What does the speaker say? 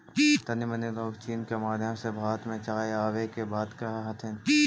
तानी मनी लोग चीन के माध्यम से भारत में चाय आबे के बात कह हथिन